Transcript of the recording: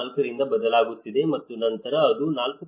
4 ರಿಂದ ಬದಲಾಗುತ್ತಿದೆ ಮತ್ತು ನಂತರ ಅದು 4